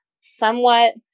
somewhat